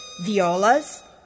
violas